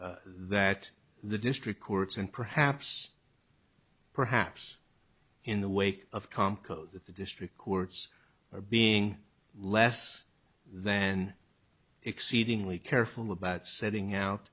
that the district courts and perhaps perhaps in the wake of calm code that the district courts are being less than exceedingly careful about setting out